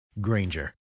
Granger